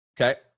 Okay